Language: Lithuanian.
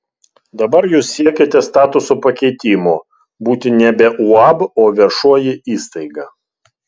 dabar jūs siekiate statuso pakeitimo būti nebe uab o viešoji įstaiga